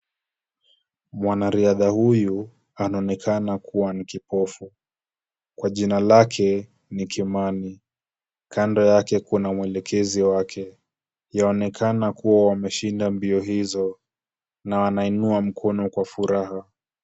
Mwanariadha huyu anaonekana kuwa ni kipofu, kwa jina lake ni Kimani. Kando yake kuna mwelekezi wake ,yaonekana kuwa wameshinda mbio hizo na wanainua mkono kwa furaha.